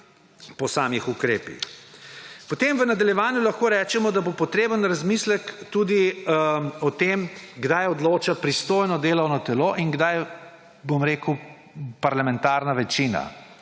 po samih ukrepih. Potem v nadaljevanju lahko rečemo, da bo potreben razmislek tudi o tem, kdaj odloča pristojno delovno telo in kdaj parlamentarna večina.